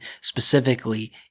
specifically